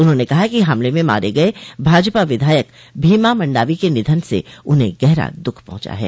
उन्होंने कहा कि हमले में मारे गए भाजपा विधायक भीमा मंडावी के निधन से उन्हें गहरा दुख पहुंचा है